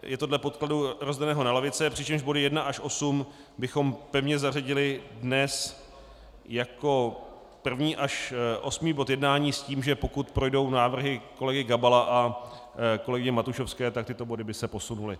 Je to dle podkladu rozdaného na lavice, přičemž body 1 až 8 bychom pevně zařadili dnes jako první až osmý bod jednání s tím, že pokud projdou návrhy kolegy Gabala a kolegyně Matušovské, tak tyto body by se posunuly.